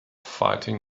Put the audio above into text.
fighting